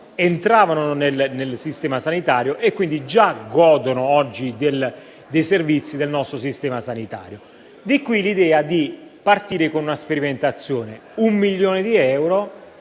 entravano nel sistema sanitario e quindi già godono oggi dei suoi servizi. Di qui l'idea di partire con una sperimentazione: un milione di euro